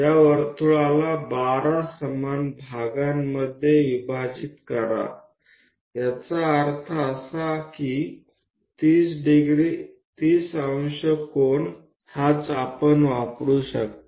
આ વર્તુળને 12 સમાન ભાગોમાં વહેંચો અર્થાત 30° ખૂણાનો કોઈ ઉપયોગ કરી શકે છે